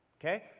okay